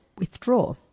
withdraw